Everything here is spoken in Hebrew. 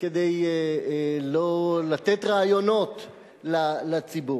כדי לא לתת רעיונות לציבור.